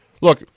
look